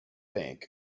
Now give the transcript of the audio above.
bank